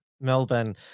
Melbourne